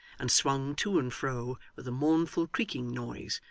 and swung to and fro with a mournful creaking noise,